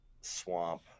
swamp